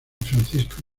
francisco